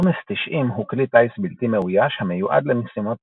הרמס 90 הוא כלי טיס בלתי מאויש המיועד למשימות